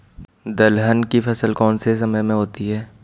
दलहन की फसल कौन से समय में होती है?